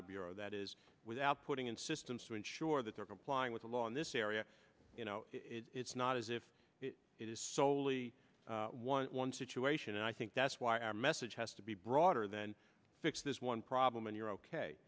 the bureau that is without and systems to ensure that they're complying with the law in this area you know it's not as if it is solely one one situation and i think that's why our message has to be broader than fix this one problem and you're ok